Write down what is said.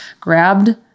grabbed